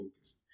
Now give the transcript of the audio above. focused